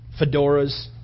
fedoras